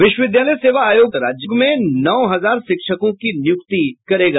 विश्वविद्यालय सेवा आयोग राज्य में नौ हजार शिक्षकों की नियुक्ति करेगा